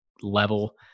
level